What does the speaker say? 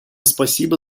спасибо